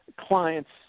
clients